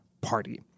party